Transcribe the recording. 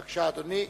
בבקשה, אדוני.